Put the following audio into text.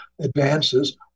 advances